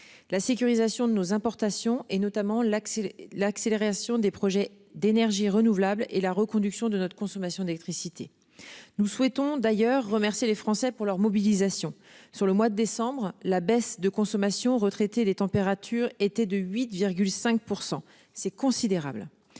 La sécurisation de nos importations et notamment l'accès l'accélération des projets d'énergies renouvelables et la reconduction de notre consommation d'électricité. Nous souhaitons d'ailleurs remercié les Français pour leur mobilisation sur le mois de décembre, la baisse de consommation retraités les températures étaient de 8 5 %, c'est considérable.